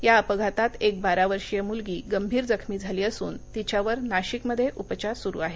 या अपघातात एक वारा वर्षीय मुलगी गंभीर जखमी झाली असून तिच्यावर नाशिकमध्ये उपचार सुरू आहेत